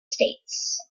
states